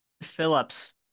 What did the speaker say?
Phillips